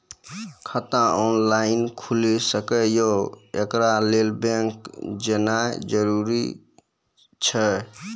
खाता ऑनलाइन खूलि सकै यै? एकरा लेल बैंक जेनाय जरूरी एछि?